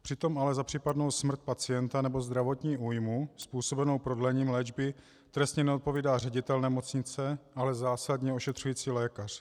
Přitom ale za případnou smrt pacienta nebo zdravotní újmu způsobenou prodlením léčby trestně neodpovídá ředitel nemocnice, ale zásadně ošetřující lékař.